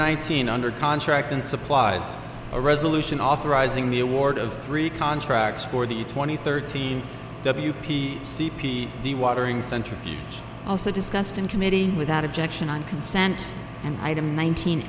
nineteen under contract and supplies a resolution authorizing the award of three contracts for the twenty thirteen w p c p d watering centrifuge also discussed in committee without objection on consent and item